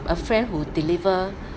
a friend who deliver